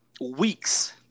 weeks